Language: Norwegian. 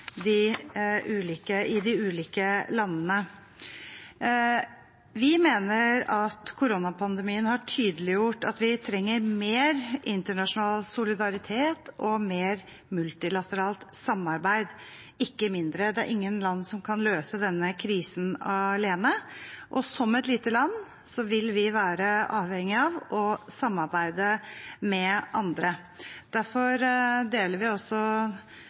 de ulike landene. Vi mener at koronapandemien har tydeliggjort at vi trenger mer internasjonal solidaritet og mer multilateralt samarbeid, ikke mindre. Det er ingen land som kan løse denne krisen alene. Som et lite land vil vi være avhengig av å samarbeide med andre. Derfor deler vi også